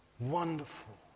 wonderful